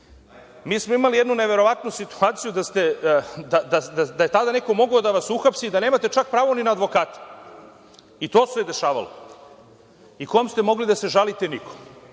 mi smo imali jednu neverovatnu situaciju da je tada neko mogao da vas uhapsi da nemate čak pravo ni na advokata, i to se dešavalo. Kome ste mogli da se žalite? Nikome.